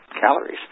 calories